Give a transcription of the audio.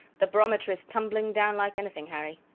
the barometer is tumbling down like anything, harry.